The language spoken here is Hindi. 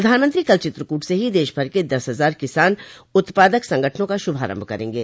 प्रधानमंत्री कल चित्रकूट से ही देशभर के दस हजार किसान उत्पादक संगठनों का शुभारंभ करेंगे